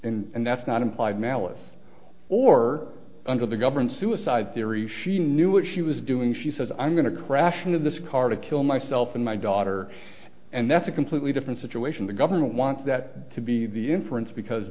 and that's not implied malice or under the govern suicide theory she knew what she was doing she says i'm going to crash into this car to kill myself and my daughter and that's a completely different situation the government wants that to be the inference because